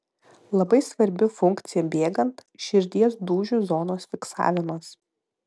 labai svarbi funkcija bėgant širdies dūžių zonos fiksavimas